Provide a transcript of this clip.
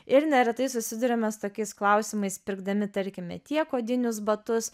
ir neretai susiduriame su tokiais klausimais pirkdami tarkime tiek odinius batus